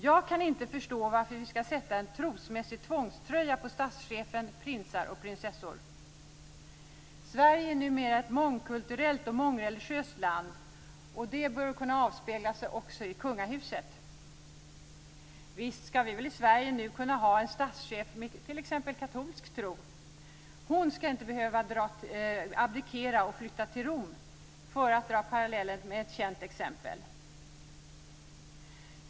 Jag kan inte förstå varför vi ska sätta en trosmässig tvångströja på statschefen, prinsar och prinsessor. Sverige är numera ett mångkulturellt och mångreligiöst land. Det bör kunna avspeglas också i kungahuset. Vi i Sverige ska kunna ha en statschef med t.ex. en katolsk tro. Hon ska inte behöva abdikera och flytta till Rom, för att dra en parallell med ett känt exempel.